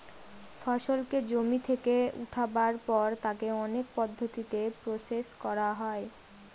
ফসলকে জমি থেকে উঠাবার পর তাকে অনেক পদ্ধতিতে প্রসেস করা হয়